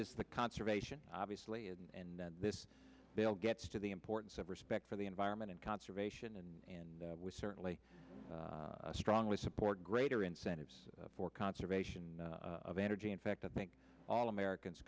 is the conservation obviously and then this bill gets to the importance of respect for the environment and conservation and we certainly strongly support greater incentives for conservation of energy in fact i think all americans